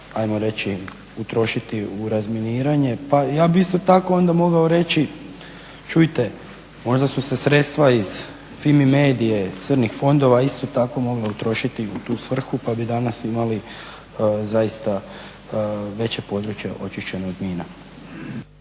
hajmo reći utrošiti u razminiranje. Pa ja bih isto tako onda mogao reći čujte možda su se sredstva iz Fimi-Medie, crnih fondova isto tako mogla utrošiti u tu svrhu pa bi danas imali zaista veće područje očišćeno od mina.